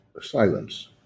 silence